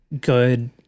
good